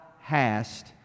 hast